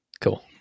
Cool